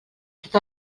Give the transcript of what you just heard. tot